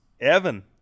Evan